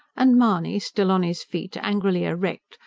and mahony, still on his feet, angrily erect,